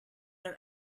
your